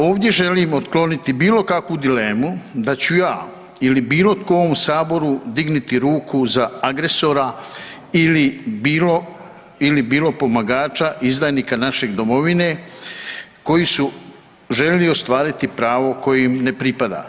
Ovdje želim otkloniti bilo kakvu dilemu da ću ja ili bilo tko u ovom Saboru dignuti ruku za agresora ili bilo pomagača, izdajnika naše Domovine koji su željeli ostvariti pravo koje im ne pripada.